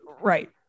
right